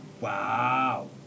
Wow